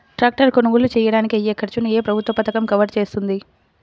Tractor కొనుగోలు చేయడానికి అయ్యే ఖర్చును ఏ ప్రభుత్వ పథకం కవర్ చేస్తుంది?